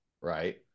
right